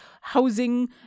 housing